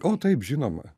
o taip žinoma